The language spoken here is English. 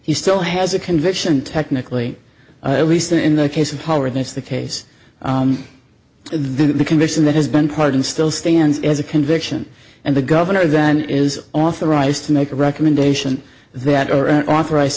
he still has a conviction technically at least in the case of power and that's the case then the conviction that has been pardoned still stands as a conviction and the governor then is authorized to make a recommendation that are authorized